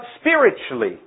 spiritually